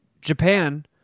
Japan